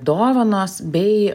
dovanos bei